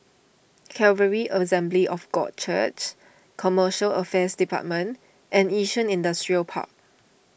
Calvary Assembly of God Church Commercial Affairs Department and Yishun Industrial Park